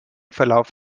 verlauf